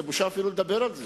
זה בושה אפילו לדבר על זה.